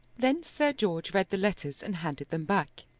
then sir george read the letters and handed them back.